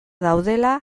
daudela